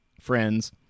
friends